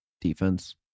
defense